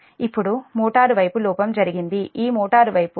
ఇప్పుడు మోటారు వైపు లోపం జరిగింది ఈ మోటారు వైపు